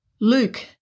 Luke